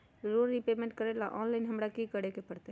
Loan repayment करेला online हमरा की करे के परतई?